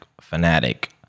fanatic